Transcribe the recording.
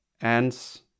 ants